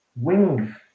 wings